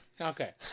Okay